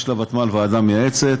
יש לוותמ"ל ועדה מייעצת,